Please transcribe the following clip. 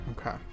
Okay